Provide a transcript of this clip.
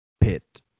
pit